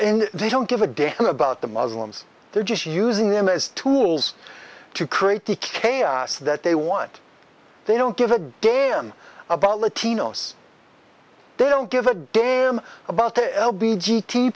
and they don't give a damn about the muslims they're just using them as tools to create the chaos that they want they don't give a damn about latinos they don't give a game about the